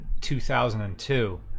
2002